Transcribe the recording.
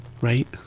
right